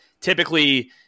typically